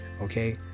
Okay